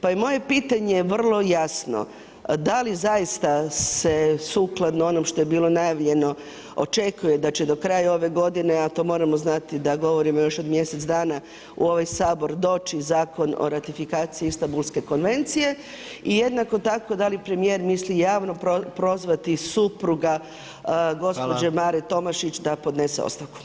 Pa i moje je vrlo jasno, da li zaista se sukladno onom što je bilo najavljeno očekuje da će do kraja ove godine, a to moramo znati da govorimo još o mjesec dana u ovoj Sabor doći Zakon o ratifikacije Istanbulske konvencije i jednako tako, da li premijer misli javno prozvati supruga gospođe Mare Tomašić da podnese ostavku?